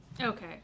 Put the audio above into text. Okay